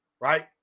right